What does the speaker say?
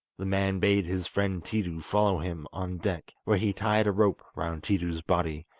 the man bade his friend tiidu follow him on deck, where he tied a rope round tiidu's body,